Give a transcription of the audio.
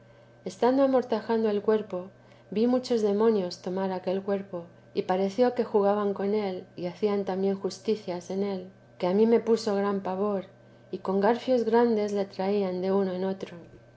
estando amortajando el cuerpo vi muchos demonios tomar aquel cuerpo y parecía que jugaban con él y hacían también justicias en él que a mí me puso gran pavor que con garfios grandes le traían de uno en otro